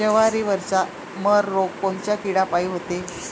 जवारीवरचा मर रोग कोनच्या किड्यापायी होते?